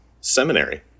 Seminary